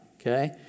Okay